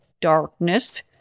darkness